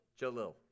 Jalil